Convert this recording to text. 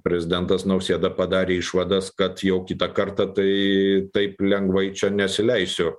prezidentas nausėda padarė išvadas kad jau kitą kartą tai taip lengvai čia nesileisiu